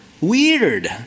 weird